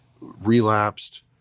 relapsed